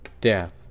death